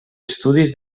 estudis